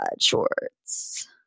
shorts